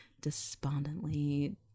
despondently